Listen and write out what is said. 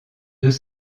deux